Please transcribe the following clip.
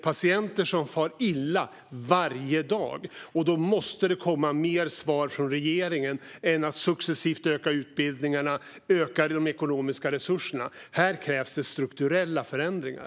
Patienter far illa varje dag, och då måste det komma fler svar från regeringen än att man successivt vill öka utbildningarna och de ekonomiska resurserna. Här krävs strukturella förändringar.